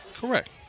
Correct